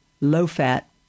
low-fat